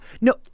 No